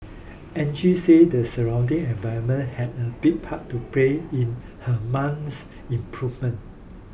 Angie said the surrounding environment had a big part to play in her mum's improvement